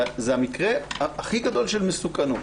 זה המקרה הכי גדול של מסוכנות